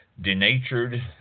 denatured